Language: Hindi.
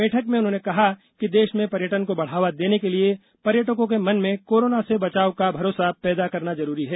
बैठक में उन्होंने कहा कि देश में पर्यटन को बढ़ावा देने के लिए पर्यटकों के मन में कोरोना से बचाव का भरोसा पैदा करना जरूरी है